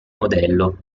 modello